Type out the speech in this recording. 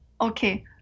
okay